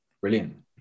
brilliant